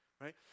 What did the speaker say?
Right